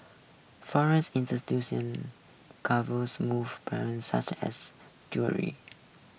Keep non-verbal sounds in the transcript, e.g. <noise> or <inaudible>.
foreign <unintelligible> covers move parents such as jewellery